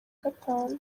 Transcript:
gatanu